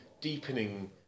deepening